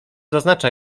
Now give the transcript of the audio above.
zaznacza